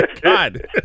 god